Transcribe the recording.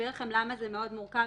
להסביר לכם למה זה מאוד מורכב,